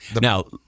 Now